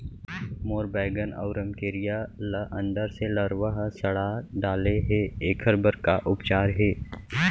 मोर बैगन अऊ रमकेरिया ल अंदर से लरवा ह सड़ा डाले हे, एखर बर का उपचार हे?